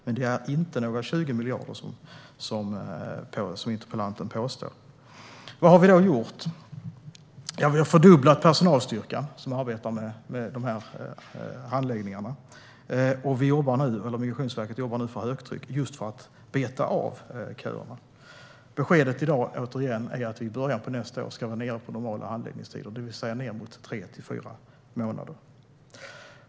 Men det rör sig inte om 20 miljarder, som interpellanten påstår. Vad har vi då gjort? Jo, vi har fördubblat personalstyrkan som arbetar med handläggningarna, och Migrationsverket jobbar nu för högtryck just för att beta av köerna. Beskedet i dag är, återigen, att vi i början av nästa år ska vara nere på normala handläggningstider, det vill säga tre till fyra månader.